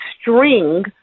string